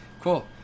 Cool